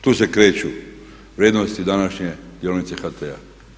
Tu se kreću vrijednosti današnje dionice HT-a.